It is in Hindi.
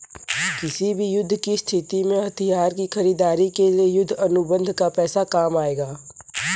किसी भी युद्ध की स्थिति में हथियार की खरीदारी के लिए युद्ध अनुबंध का पैसा काम आएगा